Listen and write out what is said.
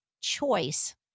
choice